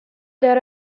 there